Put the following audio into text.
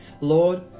lord